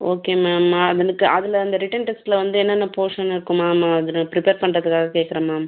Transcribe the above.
okay ma'am அவனுக்கு அதில் அந்த ரிட்டன் டெஸ்ட்டில் வந்து என்னென்ன போஸன் இருக்கும் மேம் அது நான் பிரிப்பேர் பண்ணுறதுக்காக கேட்குறேன் மேம்